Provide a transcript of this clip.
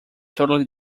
totally